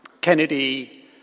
Kennedy